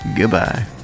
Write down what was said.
Goodbye